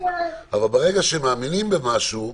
אבל ברגע שהם מאמינים במשהו,